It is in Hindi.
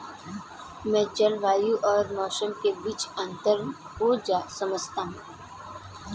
मैं जलवायु और मौसम के बीच अंतर को समझता हूं